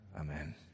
amen